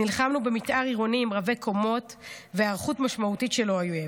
נלחמנו במתאר עירוני עם רבי-קומות והיערכות משמעותית של האויב.